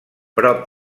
prop